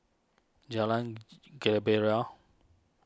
Jalan Gembira